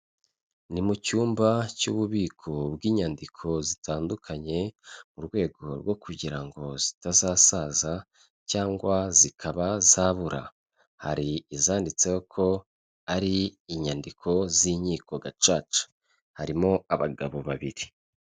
Ni mu cyumba cy'ububiko bw'inyandiko zitandukanye, mu rwego rwo kugira ngo zitazasaza cyangwa zikaba zabura, hari izanditseho ko ari inyandiko z'inkiko gacaca, harimo abagabo babiri.